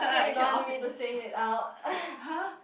so you don't want me to say it out